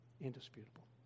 indisputable